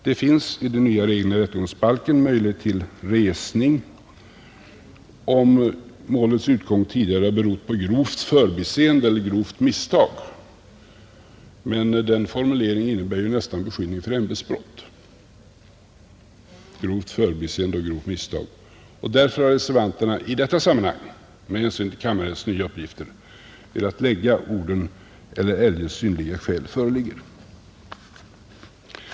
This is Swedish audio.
Det ges i de nya reglerna i rättegångsbalken möjlighet till resning, om målets utgång tidigare har berott på grovt förbiseende eller grovt misstag, men eftersom detta ju nästan innebär beskyllning för ämbetsbrott har reservanterna, när det gäller prövningstillstånd, med hänsyn till kammarrättens nya uppgifter velat sätta in orden ”eller om eljest synnerliga skäl föreligger”.